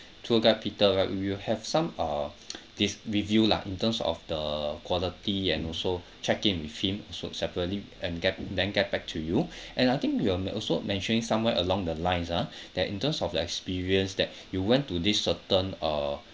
tour guide peter right we will have some uh this review lah in terms of the quality and also check in with him so separately and get then get back to you and I think you were also mentioning somewhere along the lines ah that in terms of the experience that you went to this certain uh